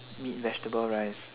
meat vegetable rice